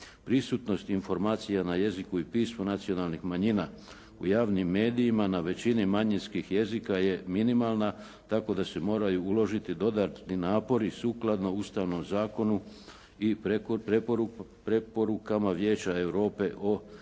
Prisutnost informacija na jeziku i pismu nacionalnih manjina u javnim medijima na većini manjinskih jezika je minimalna, tako da se moraju uložiti dodatni napori sukladno Ustavnom zakonu i preporukama Vijeća Europe o